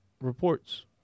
reports